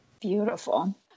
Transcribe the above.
Beautiful